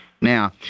Now